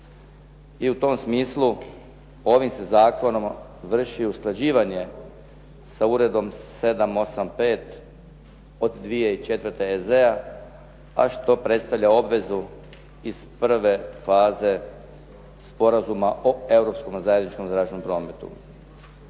I u tom smislu ovim se zakonom vrši i usklađivanje sa Uredbom 785 od 2004. EZ-a a što predstavlja obvezu iz prve faze Sporazuma o europskom zajedničkom zračnom prometu.